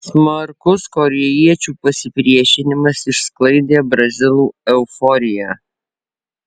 smarkus korėjiečių pasipriešinimas išsklaidė brazilų euforiją